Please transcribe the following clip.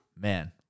man